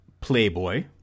Playboy